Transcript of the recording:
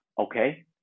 okay